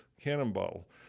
Cannonball